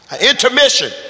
Intermission